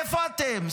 איפה אתם?